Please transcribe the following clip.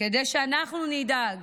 כדי שאנחנו נדאג